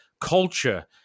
culture